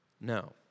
No